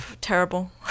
terrible